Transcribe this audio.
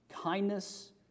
kindness